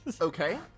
Okay